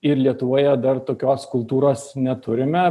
ir lietuvoje dar tokios kultūros neturime